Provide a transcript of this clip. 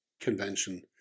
convention